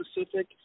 specific